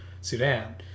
sudan